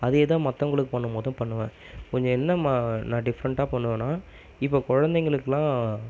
அதே தான் மற்றவங்களுக்கு பண்ணும் போதும் பண்ணுவேன் கொஞ்சம் என்ன மா நான் டிஃப்ரெண்ட்டாக பண்ணுவேன்னா இப்போ குழந்தைங்களுக்குலாம்